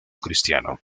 cristiano